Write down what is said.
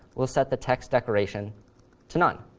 we'll set the text decoration to none.